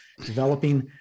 developing